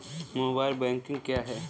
Mobile banking क्या है?